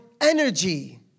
energy